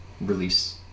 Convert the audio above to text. release